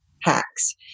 hacks